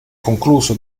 concluso